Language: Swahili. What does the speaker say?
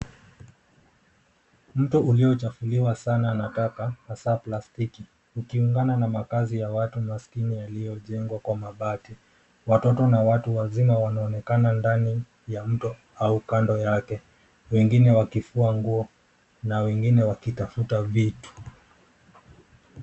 Mto ulio chafuliwa sana na taka, hasa plastiki, ukiungana na makazi ya watu maskini yalio jengwa kwa mabati, watoto na watu wazima wanaonekana ndani ya mto au kando yake, wengine wakifua nguo na wengine wakitafuta vitu.